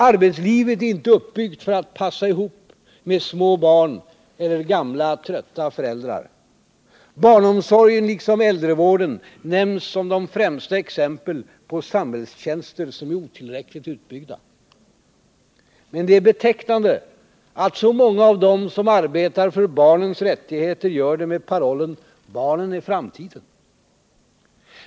Arbetslivet är inte uppbyggt för att passa ihop med små barn eller gamla trötta föräldrar. Barnomsorgen liksom äldrevården nämns som de främsta exemplen på samhällstjänster, som är otillräckligt utbyggda. Och det är betecknande att så många av dem som arbetar för barnens rättigheter gör det med parollen ”barnen är framtiden”.